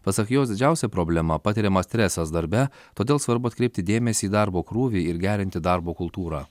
pasak jos didžiausia problema patiriamas stresas darbe todėl svarbu atkreipti dėmesį į darbo krūvį ir gerinti darbo kultūrą